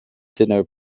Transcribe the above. dinner